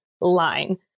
line